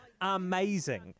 amazing